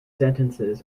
sentences